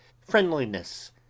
friendliness